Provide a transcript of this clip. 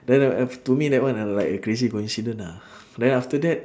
then af~ to me that one I like a crazy coincidence ah then after that